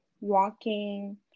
walking